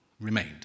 remained